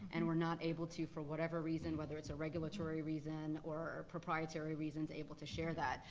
and we're not able to for whatever reason, whether it's a regulatory reason, or proprietary reasons, able to share that.